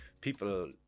people